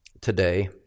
today